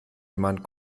jemand